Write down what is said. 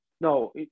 No